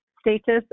status